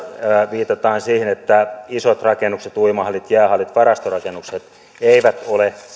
viitataan siihen että isot rakennukset uimahallit jäähallit varastorakennukset eivät ole